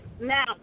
Now